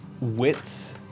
wits